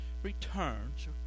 returns